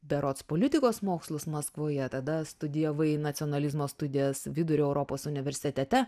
berods politikos mokslus maskvoje tada studijavai nacionalizmo studijas vidurio europos universitete